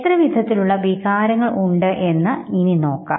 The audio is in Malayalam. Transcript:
എത്ര വിധത്തിലുള്ള വികാരങ്ങൾ ഉണ്ട് എന്ന് ഇനി നമുക്ക് നോക്കാം